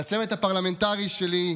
לצוות הפרלמנטרי שלי,